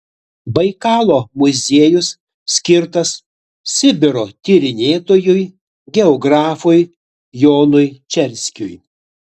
baikalo muziejus skirtas sibiro tyrinėtojui geografui jonui čerskiui